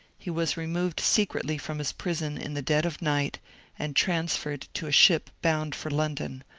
he was removed secretly from his prison in the dead of night and transferred to a ship bound for london,